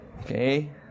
Okay